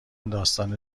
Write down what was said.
داستان